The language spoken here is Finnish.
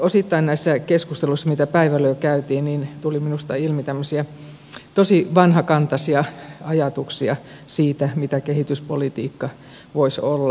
osittain näissä keskusteluissa mitä päivällä jo käytiin tuli minusta ilmi tämmöisiä tosi vanhakantaisia ajatuksia siitä mitä kehityspolitiikka voisi olla